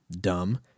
dumb